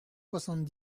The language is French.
soixante